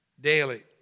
daily